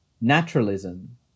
Naturalism